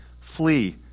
Flee